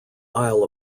isle